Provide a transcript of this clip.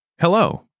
Hello